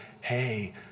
hey